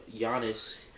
Giannis